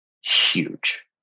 huge